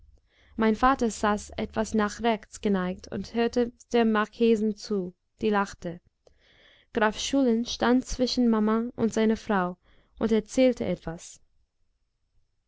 mein vater saß etwas nach rechts geneigt und hörte der marchesin zu die lachte graf schulin stand zwischen maman und seiner frau und erzählte etwas